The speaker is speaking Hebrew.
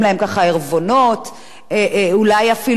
אולי אפילו ספקים כאלו ואחרים,